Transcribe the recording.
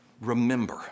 remember